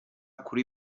kuri